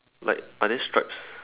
like are there stripes